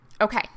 Okay